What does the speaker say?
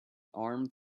armed